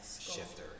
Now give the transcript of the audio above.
shifter